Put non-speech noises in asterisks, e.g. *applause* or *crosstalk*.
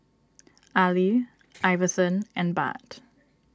*noise* Ali *noise* Iverson and Bart